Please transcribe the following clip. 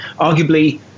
Arguably